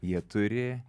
jie turi